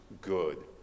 good